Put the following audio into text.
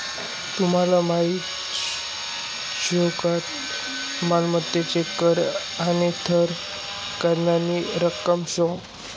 तुमले माहीत शे का मालमत्ता कर आने थेर करनी रक्कम शे